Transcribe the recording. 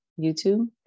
youtube